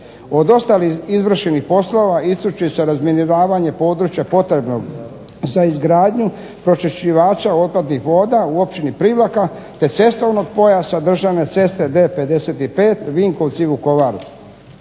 Od ostalih izvršenih poslova ističe se razminiravanje područja potrebnog za izgradnju pročišćivača otpadnih voda u općini Privlaka, te cestovnog pojasa državne ceste D-55 Vinkovci-Vukovar.